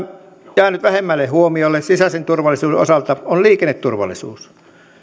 jäänyt vähemmälle huomiolle sisäisen turvallisuuden osalta on liikenneturvallisuus